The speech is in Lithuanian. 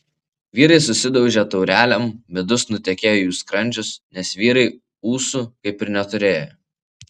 vyrai susidaužė taurelėm midus nutekėjo į jų skrandžius nes vyrai ūsų kaip ir neturėjo